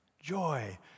Joy